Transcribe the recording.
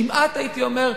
כמעט הייתי אומר,